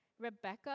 Rebecca